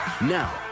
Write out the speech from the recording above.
Now